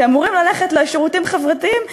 שאמורים ללכת לשירותים חברתיים,